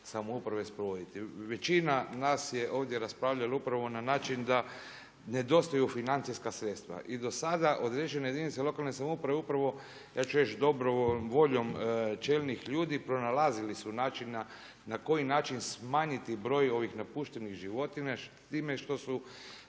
samouprave sprovoditi. Većina nas je ovdje raspravljala upravo na način da nedostaju financijska sredstva. I do sada određene jedinice lokalne samouprave upravo ja ću reći dobrom voljom čelnih ljudi pronalazili su načina na koji način smanjiti broj ovih napuštenih životinja s time što su